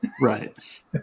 Right